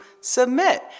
submit